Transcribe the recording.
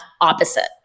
opposite